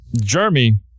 Jeremy